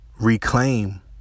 reclaim